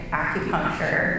acupuncture